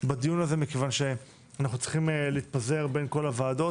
בדיון הזה מכיוון שאנחנו צריכים להתפזר בין כל הוועדות.